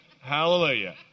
Hallelujah